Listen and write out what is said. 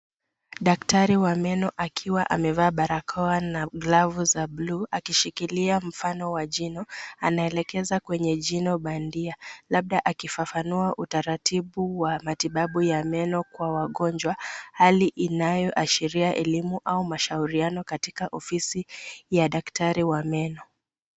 Daktari wa meno akiwa amevaa barakoa na glavu za buluu akishikilia mfano wa jino anaelekeza kwenye jina bandia, labda akifafanua utaratibu wa uhifadhi wa meno kwa wagonjwa, hali inayoashiria elimu au mashauriano katika ofisi ya daktari wa meno.